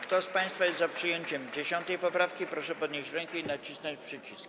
Kto z państwa jest za przyjęciem 10. poprawki, proszę podnieść rękę i nacisnąć przycisk.